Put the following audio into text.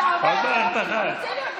אתה אומר את זה בציניות ובזלזול.